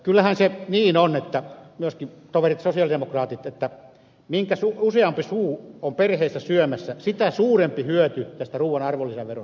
kyllähän se niin on myöskin toverit sosialidemokraatit että mitä useampi suu on perheessä syömässä sitä suurempi hyöty tästä ruuan arvonlisäverosta tulee